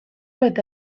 eta